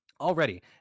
Already